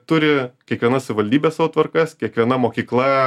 turi kiekviena savivaldybė savo tvarkas kiekviena mokykla